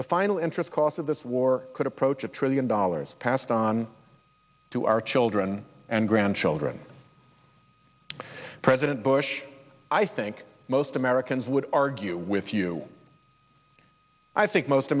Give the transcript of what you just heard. the final interest cost of this war could approach a trillion dollars passed on to our children and grandchildren president bush i think most americans would argue with you i think most